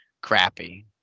crappy